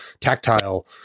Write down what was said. tactile